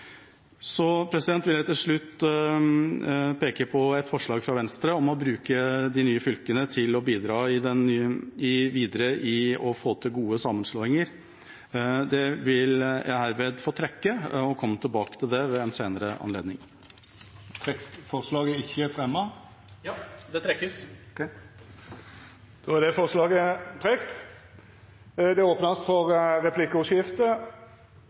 Så vil jeg til slutt peke på forslaget fra Venstre om å bruke de nye fylkene til å bidra til å få til gode sammenslåinger. Det vil jeg herved få trekke, og vil komme tilbake til det ved en senere anledning. Så forslaget er ikkje fremma? Nei, det trekkes. Da er forslag nr. 12, frå Venstre, trekt. Det vert replikkordskifte.